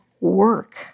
work